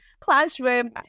Classroom